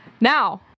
Now